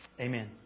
Amen